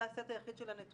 זה הסט היחיד של הנתונים